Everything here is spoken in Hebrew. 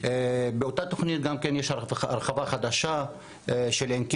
באותה תוכנית גם כן יש הרחבה חדשה של עין